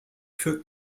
für